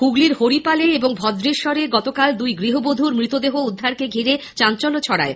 হুগলীর হরিপাল এবং ভদ্রেশ্বরে গতকাল দুই গৃহবধূর মৃতদেহ উদ্ধারকে ঘিরে চাঞ্চল্য ছড়ায়